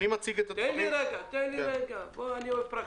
אני אוהב פרקטיקה.